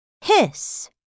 hiss